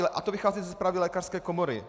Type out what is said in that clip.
A to vychází ze zprávy lékařské komory.